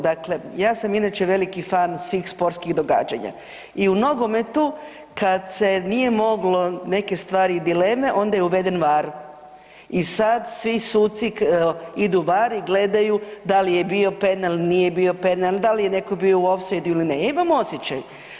Dakle, ja sam inače veliki fan svih sportskih događanja i u nogometu kad se nije moglo neke stvari i dileme onda je uveden VAR i sad svi suci idu VAR i gledaju da li je bio penal, nije bio penal, da li je netko bio u ofsajdu ili imamo osjećaj.